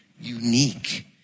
unique